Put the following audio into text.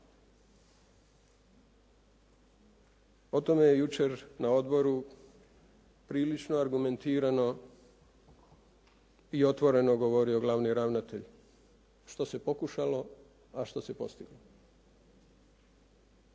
O tome je jučer na odboru prilično argumentirano i otvoreno govorio glavni ravnatelj, što se pokušalo, a što se postiglo.